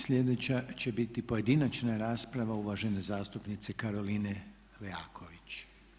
Sljedeća će biti pojedinačna rasprava uvažene zastupnice Karoline Leaković.